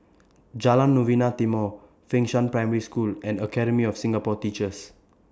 Jalan Novena Timor Fengshan Primary School and Academy of Singapore Teachers